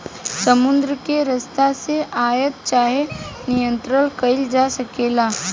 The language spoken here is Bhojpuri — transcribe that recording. समुद्र के रस्ता से आयात चाहे निर्यात कईल जा सकेला